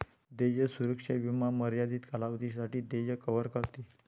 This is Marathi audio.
देय सुरक्षा विमा मर्यादित कालावधीसाठी देय कव्हर करते